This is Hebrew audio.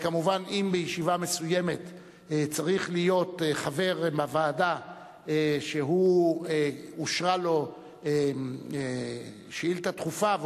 אבל אם בישיבה מסוימת צריך להיות חבר מהוועדה שאושרה לו שאילתא דחופה,